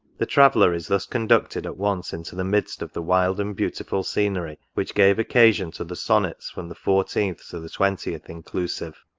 the traveller is thus conducted at once into the midst of the wild and beautiful scenery which gave occasion to the sonnets from the fourteenth to the twentieth inclusive.